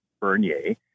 Bernier